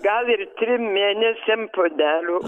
gal ir trim mėnesiam puodelių